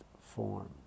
form